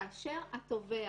כאשר התובע